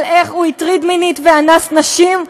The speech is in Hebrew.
על איך הוא הטריד מינית ואנס נשים?